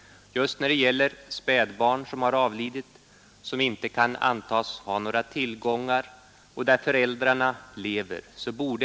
Just när det gäller spädbarn som har avlidit och som inte kan antas ha några tillgångar och där f konsekvenser.